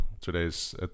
today's